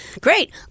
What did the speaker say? Great